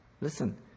Listen